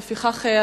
לפיכך,